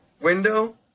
window